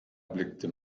blickte